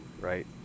right